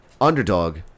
underdog